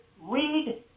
Read